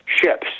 ships